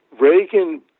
Reagan